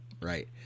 Right